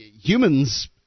humans